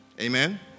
amen